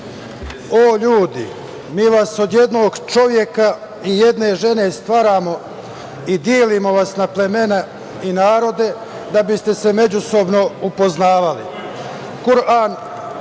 O ljudi, mi vas od jednog čoveka i jedne žene stvaramo i delimo vas na plemena i narode, da biste se međusobno upoznavali